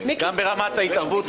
גם ברמת ההתערבות,